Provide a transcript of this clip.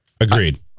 Agreed